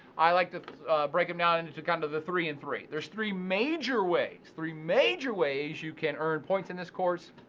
i like to break them down and into kinda the three and three. there's three major ways, three major ways you can earn points in this course,